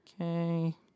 Okay